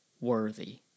worthy